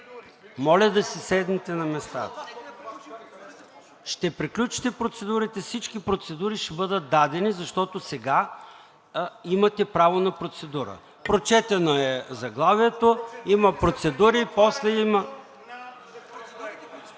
от „Продължаваме Промяната“.) Ще приключите процедурите, всички процедури ще бъдат дадени, защото сега имате право на процедура. Прочетено е заглавието. Има процедури, после има…